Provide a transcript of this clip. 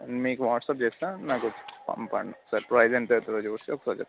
మీకు వాట్స్అప్ చేస్తాను నాకు పంపండి ఒకసారి ప్రైస్ ఎంత అవుతుందో చూసి చెప్పండి